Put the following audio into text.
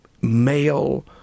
male